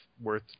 worth